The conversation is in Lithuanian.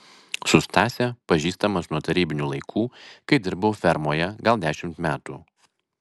su stase pažįstamas nuo tarybinių laikų kai dirbau fermoje gal dešimt metų